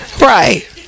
right